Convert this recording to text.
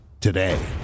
Today